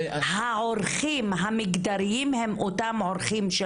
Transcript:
העורכים המגדריים הם אותם עורכים של